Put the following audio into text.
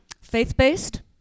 Faith-based